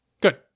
Good